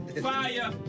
fire